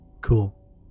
Cool